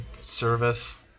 Service